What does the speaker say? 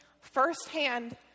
firsthand